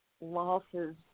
losses